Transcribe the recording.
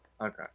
Okay